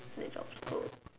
the job scope